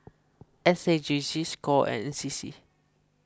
S A J C Score and N C C